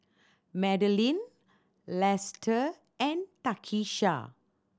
Madilyn Lesta and Takisha